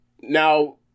now